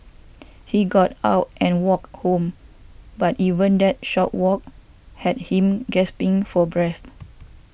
he got out and walked home but even that short walk had him gasping for breath